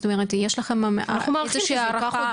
זאת אומרת, יש לכם איזושהי הערכה?